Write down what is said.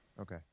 Okay